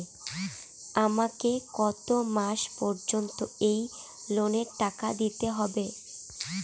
আমাকে কত মাস পর্যন্ত এই লোনের টাকা দিতে হবে?